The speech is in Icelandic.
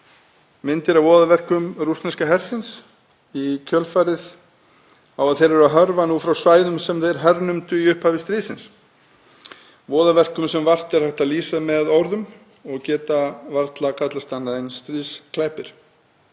myndir af voðaverkum rússneska hersins í kjölfarið á því að þeir eru að hörfa frá svæðum sem þeir hernumdu í upphafi stríðsins, voðaverkum sem vart er hægt að lýsa með orðum og geta varla kallast annað en stríðsglæpir.